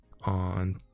on